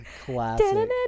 Classic